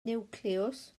niwclews